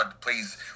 please